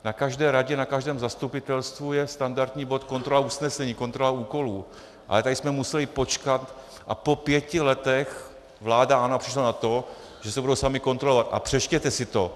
Na každé radě, na každém zastupitelstvu je standardní bod kontrola usnesení, kontrola úkolů, ale tady jsme museli počkat a po pěti letech vláda ANO přišla na to, že se budou sami kontrolovat, a přečtěte si to.